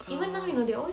oh